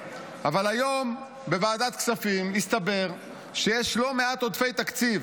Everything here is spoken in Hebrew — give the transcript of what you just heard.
אבל היום בוועדת כספים הסתבר שיש לא מעט עודפי תקציב.